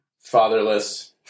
fatherless